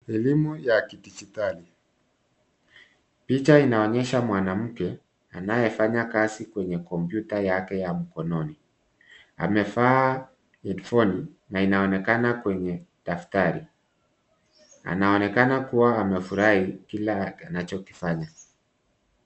Elimu ya kidijitali. Picha inaonyesha mwanamke anayefanya kazi kwenye kompyuta yake ya mkononi. Amevaa headphones na inaonekana kwenye daftari. Anaonekana kuwa amefurahi kile anachokifanya.